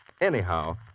Anyhow